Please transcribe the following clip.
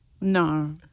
No